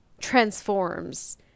transforms